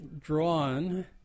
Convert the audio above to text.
drawn